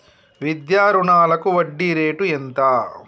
విద్యా రుణాలకు వడ్డీ రేటు ఎంత?